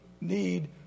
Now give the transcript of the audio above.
need